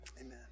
amen